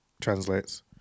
translates